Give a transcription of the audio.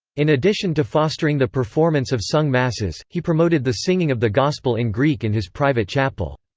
in addition to fostering the performance of sung masses, he promoted the singing of the gospel in greek in his private chapel.